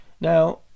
now